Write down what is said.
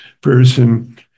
person